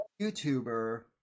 YouTuber